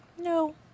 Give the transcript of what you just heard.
No